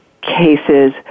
cases